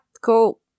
cool